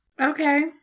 okay